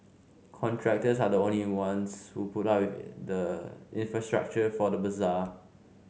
contractors are the ones who put up the infrastructure for the bazaar